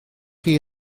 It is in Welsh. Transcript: chi